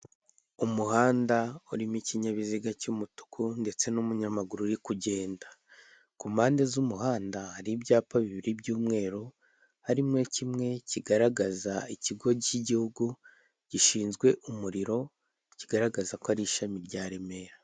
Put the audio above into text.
Umuhanda urimo ikinyabiziga cy'umutuku ndetse n'umunyamaguru uri kugenda ku mpande z'umuhanda hari ibyapa bibiri by'umweru harimo kimwe kigaragaza ikigo cy'igihugu gishinzwe umuriro kigaragaza ko ari ishami rya Remera.